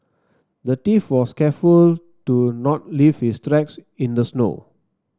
the thief was careful to not leave his tracks in the snow